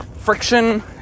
friction